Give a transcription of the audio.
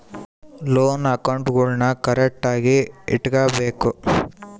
loan ಅಕೌಂಟ್ಗುಳ್ನೂ ಕರೆಕ್ಟ್ಆಗಿ ಇಟಗಬೇಕು